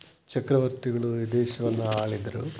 ಚಕ್ರವರ್ತಿಗಳು ಈ ದೇಶವನ್ನು ಆಳಿದ್ರು